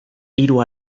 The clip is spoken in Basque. hiru